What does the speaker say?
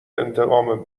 انتقام